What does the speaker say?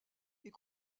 est